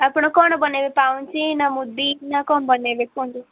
ଆପଣ କ'ଣ ବନାଇବେ ପାଉଁଜି ନା ମୁଦି ନା କ'ଣ ବନାଇବେ କୁହନ୍ତୁ